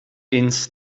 ins